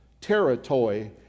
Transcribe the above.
territory